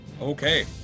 Okay